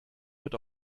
wird